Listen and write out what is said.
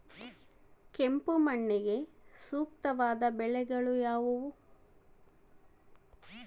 ಕೆಂಪು ಮಣ್ಣಿಗೆ ಸೂಕ್ತವಾದ ಬೆಳೆಗಳು ಯಾವುವು?